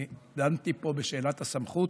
אני דנתי פה בשאלת הסמכות,